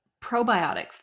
probiotic